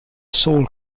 soul